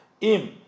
im